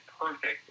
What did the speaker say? perfect